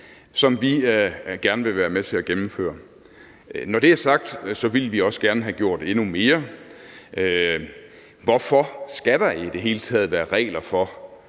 som vi gerne vil være med til at gennemføre. Når det er sagt, ville vi også gerne have gjort endnu mere. Hvorfor skal der i det hele taget være regler for,